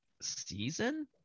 season –